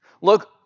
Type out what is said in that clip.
Look